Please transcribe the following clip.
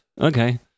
Okay